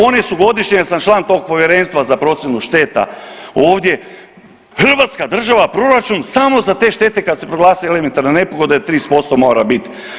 One su godišnje ja sam član tog Povjerenstva za procjenu šteta ovdje Hrvatska država, proračun samo za te štete kad se proglase elementarna nepogoda 30% mora biti.